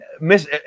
miss